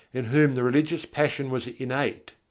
in whom the religious passion was innate,